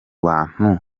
bantu